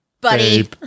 buddy